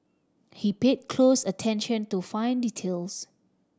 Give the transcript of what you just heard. he paid close attention to fine details